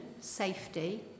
safety